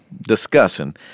discussing